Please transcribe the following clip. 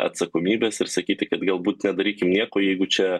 atsakomybes ir sakyti kad galbūt nedarykim nieko jeigu čia